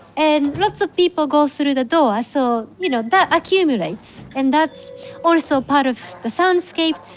and lots of people go through the door, so you know that accumulates and that's also part of the soundscape.